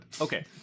okay